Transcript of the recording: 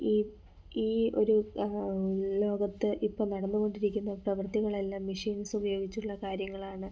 ഈ ഈ ഒരു ലോകത്ത് ഇപ്പം നടന്നുകൊണ്ടിരിക്കുന്ന പ്രവർത്തികളെല്ലാം മെഷീൻസുപയോഗിച്ചുള്ള കാര്യങ്ങളാണ്